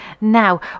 now